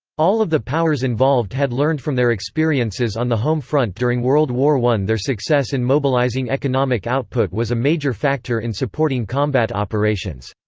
all of the powers involved had learned from their experiences on the home front during world war i. their success in mobilizing economic output was a major factor in supporting combat operations.